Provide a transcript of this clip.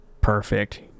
Perfect